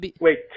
Wait